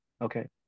Okay